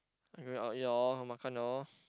I going out eat lor makan lor